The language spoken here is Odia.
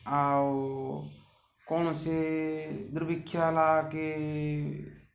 ଆଉ କୌଣସି ଦୁର୍ବିକ୍ଷ ହେଲାକି